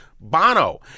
Bono